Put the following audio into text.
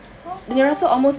!huh! !huh!